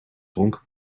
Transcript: dronken